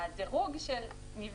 את אומרת שאתם כבר ממילא עושים את זה?